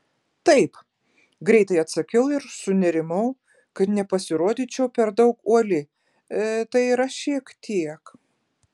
taip greitai atsakiau ir sunerimau kad nepasirodyčiau per daug uoli tai yra šiek tiek